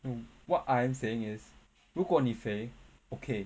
what I'm saying is 如果你肥 okay